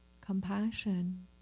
compassion